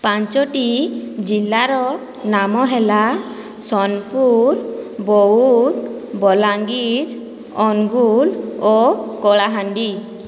ପାଞ୍ଚଟି ଜିଲ୍ଲାର ନାମ ହେଲା ସୋନପୁର ବୌଦ୍ଧ ବଲାଙ୍ଗୀର ଅନୁଗୁଳ ଓ କଳାହାଣ୍ଡି